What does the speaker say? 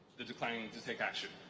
the declining to take action.